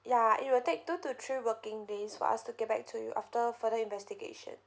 ya it will take two to three working days for us to get back to you after further investigation